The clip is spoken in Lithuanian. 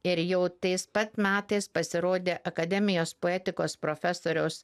ir jau tais pat metais pasirodė akademijos poetikos profesoriaus